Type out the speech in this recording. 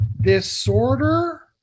disorder